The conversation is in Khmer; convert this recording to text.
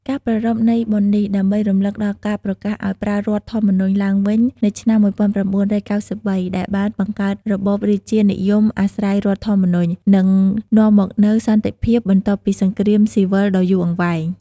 ការប្រារព្ធនៃបុណ្យនេះ ដើម្បីរំលឹកដល់ការប្រកាសឱ្យប្រើរដ្ឋធម្មនុញ្ញឡើងវិញនៅឆ្នាំ ១៩៩៣ ដែលបានបង្កើតរបបរាជានិយមអាស្រ័យរដ្ឋធម្មនុញ្ញ និងនាំមកនូវសន្តិភាព បន្ទាប់ពីសង្គ្រាមស៊ីវិលដ៏យូរអង្វែង។